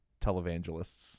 televangelists